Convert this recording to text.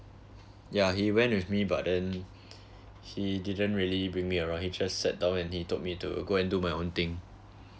ya he went with me but then he didn't really bring me around he just sat down and he told me to go and do my own thing